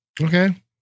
Okay